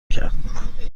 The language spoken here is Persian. کرد